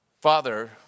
Father